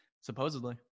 supposedly